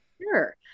Sure